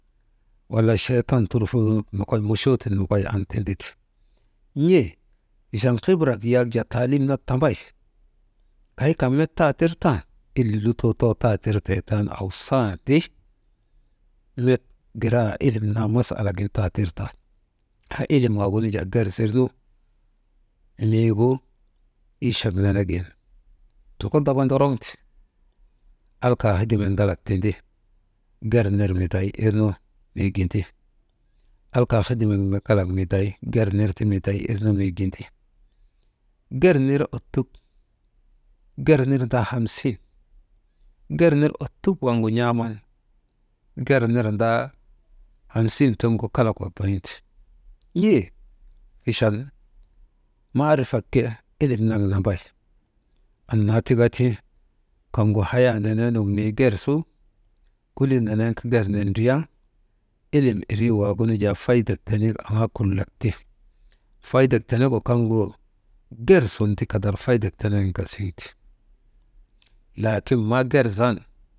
Wala chotan anturfunoo nokoy muchootin nokoy an tindite n̰ey achan hibirak yak jaa talim nak tambay, kay kan met taa tir tan, ile lutoo too tatirtee taanu awsandi, met giraa ilim naa masalagin taa tir tan haa ilim wagunu jaa gerzirnu miigu, ichak nenegin joko daba ndoroŋte, alka hedimek ŋalak miday irnu mii gindi, alka hedimek ŋalak miday gernir miday irnu mii gindi, ger nir ottuk, ger nirndaa hamsin gernir ottuk waŋgu n̰aaman ger nirndaa hamsin tiŋgu kalak wabayinte, n̰ee fichan maarifak ke ilim nak nambay, annaa tika ti kaŋgu haya nenen mii ger su kolii nenen kaa gernindriya ilim irii waagunu jaa faydek tenegu aŋaa kulak ti, faydek tenegu kaŋgu gersun ti kadar faydak tenenu gasiŋte, laakin maa ger zan.